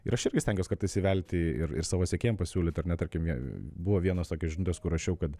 ir aš irgi stengiuos kartais įsivelti ir ir savo sekėjam pasiūlyt ar ne tarkim jie buvo vienos tokios žinutės kur rašiau kad